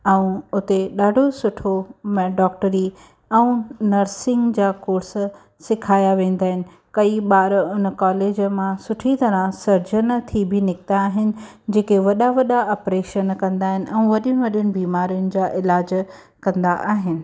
ऐं उते ॾाढो सुठो में डॉक्टरी ऐं नर्सिंग जा कोर्स सिखाया वेंदा आहिनि कई ॿार उन कॉलेज मां सुठी तरह सर्जन थी बि निकिता आहिनि जेके वॾा वॾा ऑपरेशन कंदा आहिनि ऐं वॾयुनि वॾयुनि बीमारीनि जा इलाजु कंदा आहिनि